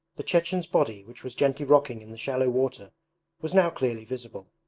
the chechen's body which was gently rocking in the shallow water was now clearly visible.